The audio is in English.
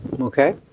Okay